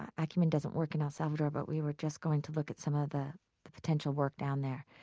ah acumen doesn't work in el salvador, but we were just going to look at some of the the potential work down there.